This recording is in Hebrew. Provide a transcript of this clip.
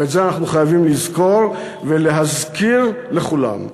ואת זה אנחנו חייבים לזכור ולהזכיר לכולם.